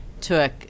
took –